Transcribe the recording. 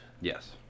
Yes